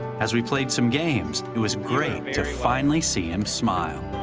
as we played some games, it was great to finally see him smile.